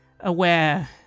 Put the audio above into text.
aware